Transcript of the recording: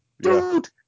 Dude